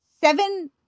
seven